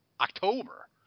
October